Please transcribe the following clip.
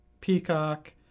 Peacock